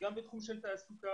גם בתחום התעסוקה.